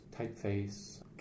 typeface